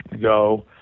go